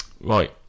Right